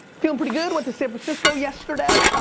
feeling pretty good, went to san francisco yesterday.